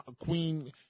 queen